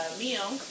meal